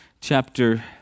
chapter